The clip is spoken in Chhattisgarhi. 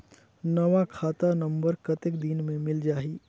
नवा खाता नंबर कतेक दिन मे मिल जाही?